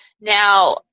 Now